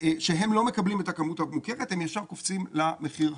שהם לא מקבלים את הכמות המוכרת והם ישר קופצים למחיר הגבוה.